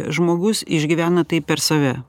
žmogus išgyvena tai per save